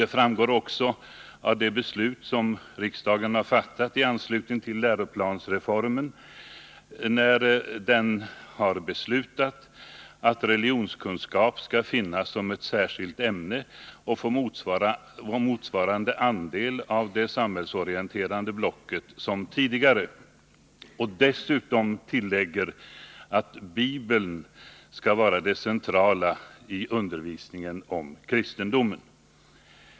Det framgår också av det beslut som riksdagen har fattat i anslutning till läroplansreformen, när den beslutade att religionskunskap skall finnas som ett särskilt ämne och få motsvarande andel av det samhällsorienterande blocket som tidigare och dessutom tillade att Bibeln skall vara det centrala i undervisningen om kristendomen.